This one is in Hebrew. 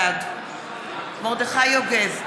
בעד מרדכי יוגב,